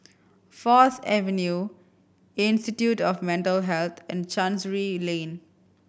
Fourth Avenue Institute of Mental Health and Chancery Lane